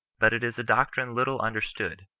but it is a doctrine little understood,